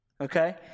okay